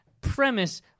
premise